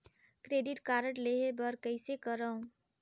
Credit card लेहे बर कइसे करव?